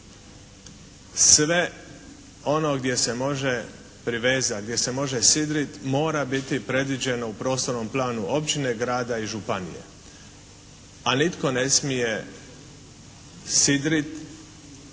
sve ono gdje se može privezati, gdje se može sidriti mora biti predviđeno u prostornom planu općine, grada i županije a nitko ne smije sidriti